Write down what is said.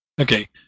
Okay